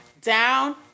Down